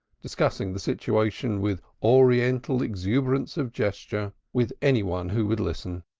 discussing the situation with oriental exuberance of gesture, with any one who would listen.